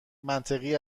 منطقی